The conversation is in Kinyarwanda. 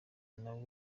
nawe